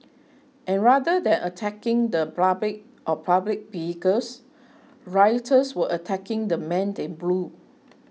and rather than attacking the public or public vehicles rioters were attacking the men in blue